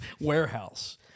warehouse